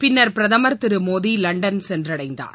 பின்னர் பிரதமர் திரு மோடி லண்டன் சென்றடைந்தார்